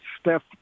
Steph